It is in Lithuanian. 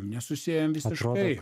nesusiejam visiškai